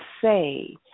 say